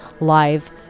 live